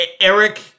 Eric